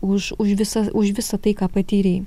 už už visas už visa tai ką patyrei